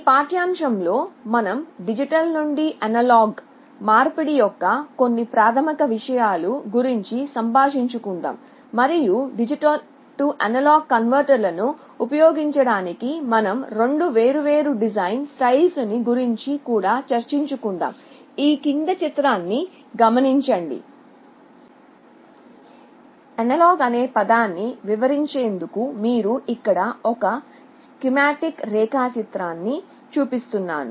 ఈ పాఠ్యంశములో మనం డిజిటల్ నుండి అనలాగ్ మార్పిడి యొక్క కొన్ని ప్రాథమిక విషయాల గురించి సంభాషించుకుందాము మరియు D A కన్వర్టర్లను ఉపయోగించడానికి మనం రెండు వేర్వేరు డిజైన్ స్టైల్స్ ని గురించి కూడా చర్చించుకుందాము అనలాగ్ అనే పదాన్ని వివరించేందుకు మీకు ఇక్కడ ఒక స్కీమాటిక్ రేఖాచిత్రాన్ని చూపిస్తున్నాను